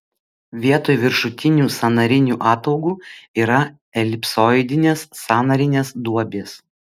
vietoj viršutinių sąnarinių ataugų yra elipsoidinės sąnarinės duobės